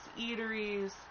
eateries